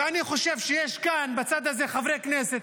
ואני חושב שיש כאן, בצד הזה, חברי כנסת